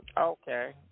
Okay